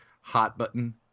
hot-button